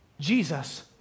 Jesus